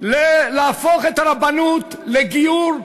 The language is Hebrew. להפוך את הרבנות לגיור,